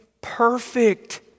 perfect